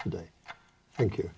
today thank you